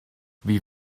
wie